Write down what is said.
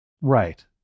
Right